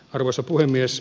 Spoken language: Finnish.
arvoisa puhemies